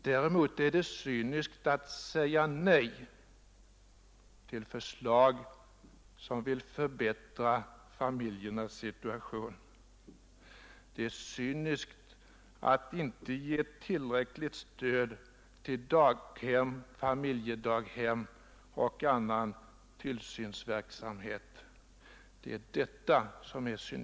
Däremot är det cyniskt att säga nej till förslag som syftar till att förbättra familjernas situation. Det är cyniskt att inte ge tillräckligt stöd till daghem, familjedaghem och annan barntillsyn.